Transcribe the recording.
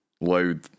loud